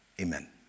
Amen